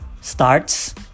starts